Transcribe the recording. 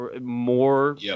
more